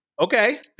Okay